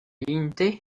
ligne